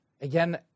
Again